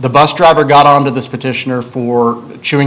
the bus driver got out of this petitioner for chewing